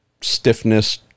stiffness